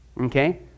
Okay